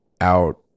out